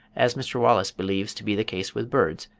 as mr. wallace believes to be the case with birds,